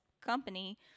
company